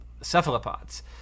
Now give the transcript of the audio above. cephalopods